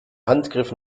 handgriff